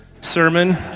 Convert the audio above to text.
sermon